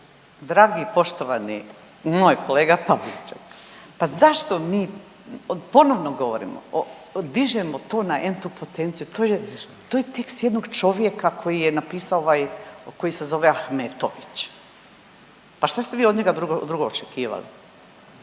Dragi i poštovani moj kolega Pavliček, pa zašto mi ponovno govorimo o, dižemo to na N-tu potenciju, to je, to je tekst jednog čovjeka koji je napisao ovaj, koji se zove Ahmetović, pa šta ste vi od njega drugo, drugo očekivali?